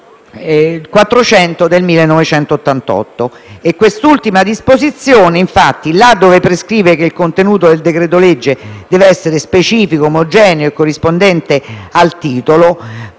n. 400 del 1988. Quest'ultima disposizione, laddove prescrive che il contenuto del decreto-legge deve essere specifico, omogeneo e corrispondente al titolo,